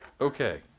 Okay